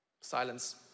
Silence